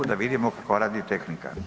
Da vidimo kako radi tehnika.